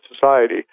society